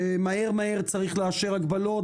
שמהר מהר צריך לאשר הגבלות,